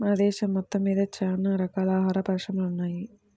మన దేశం మొత్తమ్మీద చానా రకాల ఆహార పరిశ్రమలు ఉన్నయ్